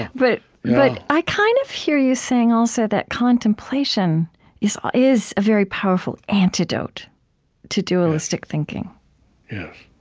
but but i kind of hear you saying also that contemplation is ah is a very powerful antidote to dualistic thinking yes.